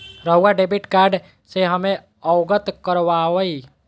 रहुआ debit card से हमें अवगत करवाआई?